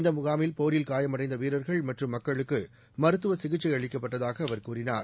இந்த முகாமில் போரில் காயமடைந்த வீரர்கள் மற்றும் மக்களுக்கு மருத்துவ சிகிச்சை அளிக்கப்பட்டதாக அவர் கூறினார்